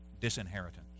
disinheritance